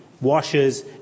Washes